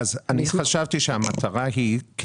אני חשבתי שהמטרה היא,